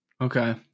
Okay